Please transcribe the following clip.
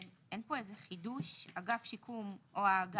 אין פה איזה חידוש: תיקון סעיף 1"אגף שיקום נכים" או "האגף"